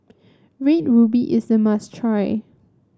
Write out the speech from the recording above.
Red Ruby is a must try